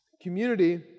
Community